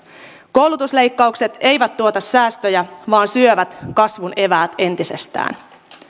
koulutusleikkaukset eivät tuota säästöjä vaan syövät kasvun eväät entisestään